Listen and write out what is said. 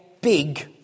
big